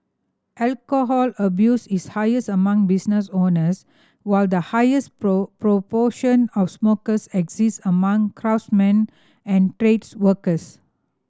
alcohol abuse is highest among business owners while the highest proportion of smokers exists among craftsmen and trades workers